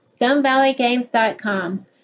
StoneValleyGames.com